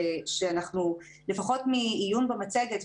לפחות מעיון במצגת,